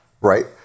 Right